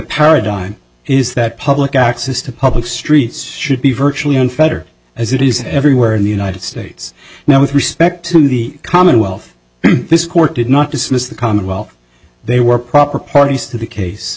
paradigm is that public access to public streets should be virtually unfettered as it is everywhere in the united states now with respect to the commonwealth this court did not dismiss the commonwealth they were proper parties to the case